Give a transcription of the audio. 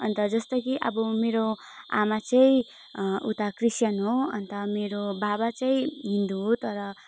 अन्त जस्तै कि अब मेरो आमा चाहिँ उता क्रिस्चियन हो अन्त मेरो बाबा चाहिँ हिन्दू हो तर